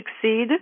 succeed